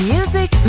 Music